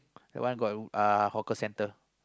that one got uh hawker centre